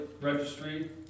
registry